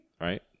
Right